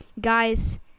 guys